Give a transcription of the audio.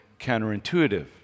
counterintuitive